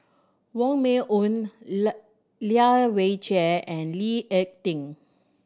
Wong Meng Voon Lai Weijie and Lee Ek Tieng